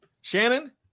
Shannon